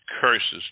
curses